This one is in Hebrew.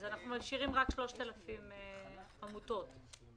אז משאירים רק 3,000 עמותות?